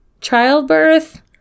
Childbirth